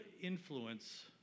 influence